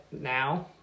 now